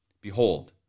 Behold